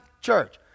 church